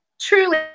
Truly